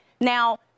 Now